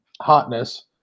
hotness